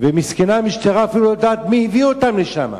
ומסכנה המשטרה, אפילו לא יודעת מי הביא אותם לשם.